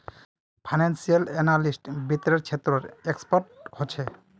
financial analyst वित्त्तेर क्षेत्रत expert ह छे